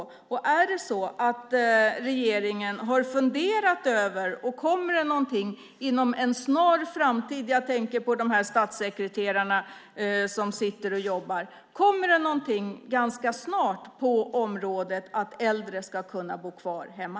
Kommer det någonting från regeringen ganska snart - jag tänker på de statssekreterare som sitter och jobbar - på området att äldre ska kunna bo kvar hemma?